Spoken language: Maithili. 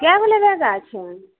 कए गो लेबै गाछ